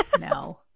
No